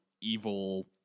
evil